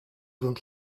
don’t